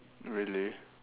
really